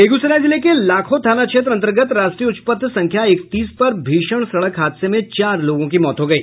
बेगूसराय जिले के लाखो थाना क्षेत्र अंतर्गत राष्ट्रीय उच्च पथ संख्या इकतीस पर भीषण सड़क हादसे में चार लोगों की मौत हो गयी